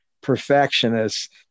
perfectionist